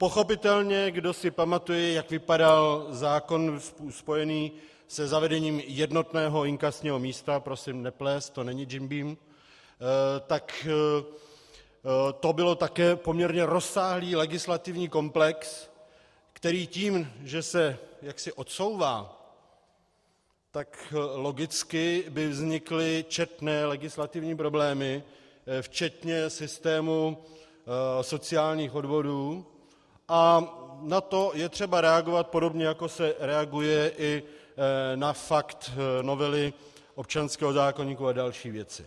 Pochopitelně, kdo si pamatuje, jak vypadal zákon spojený se zavedením jednotného inkasního místa prosím neplést, to není Jim Beam , tak to byl také poměrně rozsáhlý legislativní komplex, který tím, že se odsouvá, logicky by vznikly četné legislativní problémy, včetně systému sociálních odvodů, a na to je třeba reagovat podobně, jako se reaguje i na fakt novely občanského zákoníku a další věci.